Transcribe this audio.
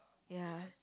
ya